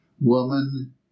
Woman